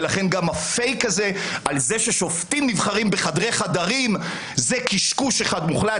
לכן גם הפייק הזה על זה ששופטים נבחרים בחדרי-חדרים זה קשקוש מוחלט,